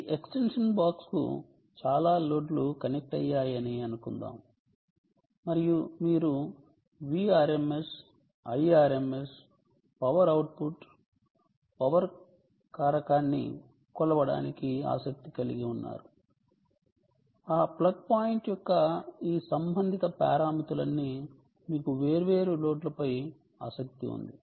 ఈ extension box కు చాలా లోడ్ లు కనెక్ట్ అయ్యాయని అనుకుందాం మరియు మీరు Vrms Irms power output power కారకాన్ని కొలవడానికి ఆసక్తి కలిగి ఉన్నారు ఆ ప్లగ్ పాయింట్ యొక్క ఈ సంబంధిత పారామితులన్నీ మీకు వేర్వేరు లోడ్లపై ఆసక్తి ఉంది